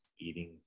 eating